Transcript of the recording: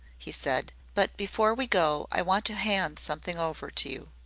he said, but before we go i want to hand something over to you.